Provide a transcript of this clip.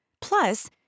Plus